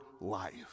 life